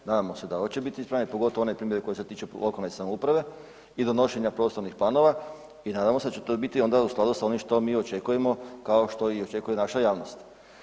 Nadamo se da hoće biti ispravljene, pogotovo one primjedbe koje se tiču lokalne samouprave i donošenja prostornih planova i nadamo se da će to biti onda u skladu sa onim što mi očekujemo kao što očekuje i naša javnost.